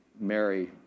Mary